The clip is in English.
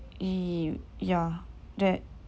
ye~ ya that